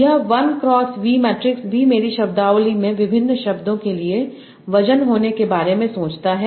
तो यह 1 cross V matrix भी मेरी शब्दावली में विभिन्न शब्दों के लिए वजन होने के बारे में सोचता है